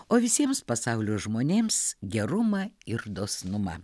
o visiems pasaulio žmonėms gerumą ir dosnumą